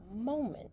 moment